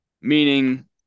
Meaning